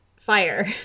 fire